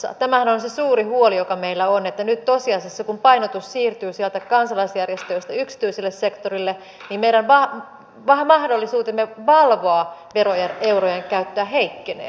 tämähän on se suuri huoli joka meillä on että nyt tosiasiassa kun painotus siirtyy sieltä kansalaisjärjestöistä yksityiselle sektorille meidän mahdollisuutemme valvoa veroeurojen käyttöä heikkenee